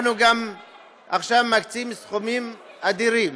אנחנו גם עכשיו מקצים סכומים אדירים